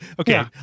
okay